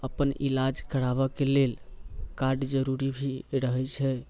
अपन इलाज कराबयके लेल कार्ड जरूरी भी रहैत छै